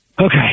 Okay